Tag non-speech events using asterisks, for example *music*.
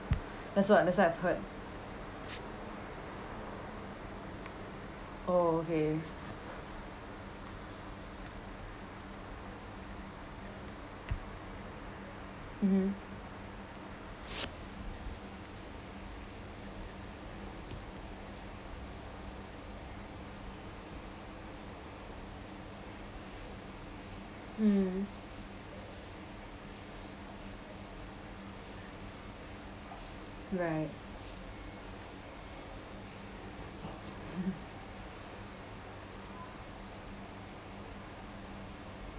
that's what that's what I've heard oh okay mmhmm mm right *laughs*